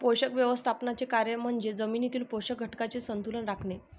पोषक व्यवस्थापनाचे कार्य म्हणजे जमिनीतील पोषक घटकांचे संतुलन राखणे